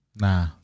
Nah